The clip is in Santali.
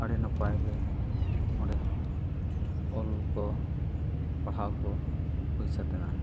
ᱟᱹᱰᱤ ᱱᱟᱯᱟᱭ ᱜᱮ ᱚᱸᱰᱮ ᱦᱚᱸ ᱚᱞ ᱠᱚ ᱯᱟᱲᱦᱟᱣ ᱠᱚ ᱦᱩᱭ ᱥᱟᱹᱛᱱᱟ